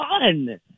fun